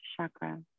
chakra